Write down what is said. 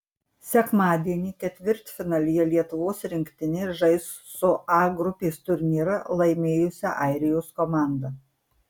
sekmadienį ketvirtfinalyje lietuvos rinktinė žais su a grupės turnyrą laimėjusia airijos komanda